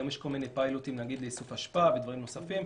היום יש כל מיני פיילוטים לאיסוף אשפה ודברים נוספים.